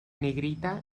negrita